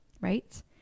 right